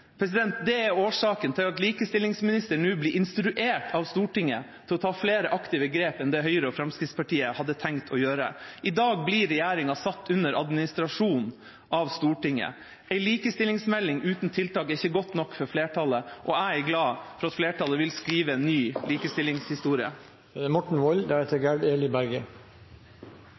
Det er årsaken til at likestillingsministeren nå blir instruert av Stortinget til å ta flere aktive grep enn det Høyre og Fremskrittspartiet hadde tenkt å ta. I dag blir regjeringa satt under administrasjon av Stortinget. En likestillingsmelding uten tiltak er ikke godt nok for flertallet, og jeg er glad for at flertallet vil skrive ny likestillingshistorie.